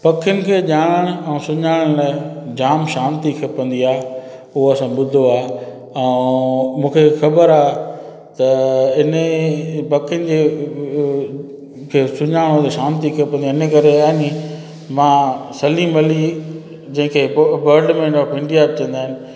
पखियुनि खे ॼाणण ऐं सुञाण लाइ जाम शांति खपंदी आहे उहो असां ॿुधो आहे ऐं मूंखे ख़बर आहे त हिन पखियुनि जंहिंखे सुञाणनि में शांति खपंदी आहे इनकरे आइनि मां सलीम अली जंहिंखे पोइ बड मैन ऑफ़ इंडिया बि चवंदा आहिनि